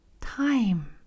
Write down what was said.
time